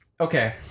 Okay